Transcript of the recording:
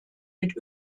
mit